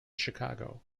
chicago